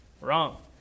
Wrong